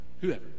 whoever